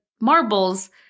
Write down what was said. marbles